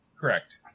Correct